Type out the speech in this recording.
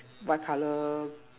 what color